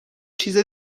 چیز